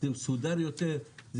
זה מסודר יותר,